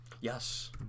Yes